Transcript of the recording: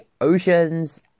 oceans